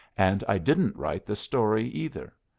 and i didn't write the story either.